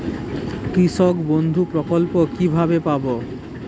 কৃষকবন্ধু প্রকল্প কিভাবে পাব?